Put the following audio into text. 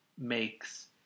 makes